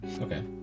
okay